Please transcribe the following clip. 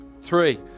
three